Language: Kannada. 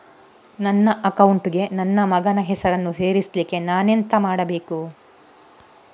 ನನ್ನ ಅಕೌಂಟ್ ಗೆ ನನ್ನ ಮಗನ ಹೆಸರನ್ನು ಸೇರಿಸ್ಲಿಕ್ಕೆ ನಾನೆಂತ ಮಾಡಬೇಕು?